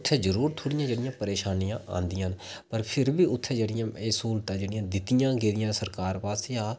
उत्थै जरूर थोह्ड़ियां जेह्ड़ियां परेशानियां आंदियां न पर फेर बी उत्थै जेह्ड़ियां स्हूलतां जेह्ड़ियां दित्तियां गेदियां सरकार पासेआ